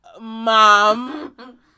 Mom